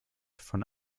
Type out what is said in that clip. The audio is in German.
von